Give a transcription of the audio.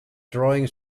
drawing